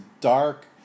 dark